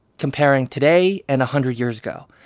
comparing today and a hundred years ago.